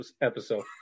episode